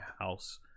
house